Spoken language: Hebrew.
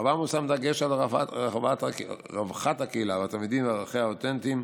בחווה מושם דגש על רווחת הקהילה והתלמידים וערכיה האותנטיים,